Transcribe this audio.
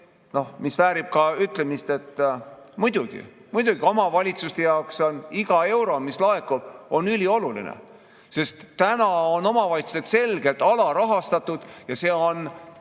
mis väärib ka ütlemist: muidugi, omavalitsuste jaoks on iga euro, mis laekub, ülioluline, sest täna on omavalitsused selgelt alarahastatud. See on